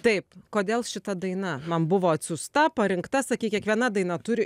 taip kodėl šita daina man buvo atsiųsta parinkta sakei kiekviena daina turi